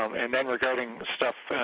um and and regarding stuff,